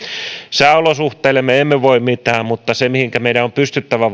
sääolosuhteille me emme voi mitään mutta se mihinkä meidän on pystyttävä